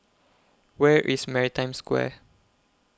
Where IS Maritime Square